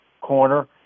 corner